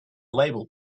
label